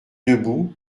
debout